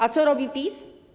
A co robi PiS?